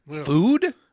Food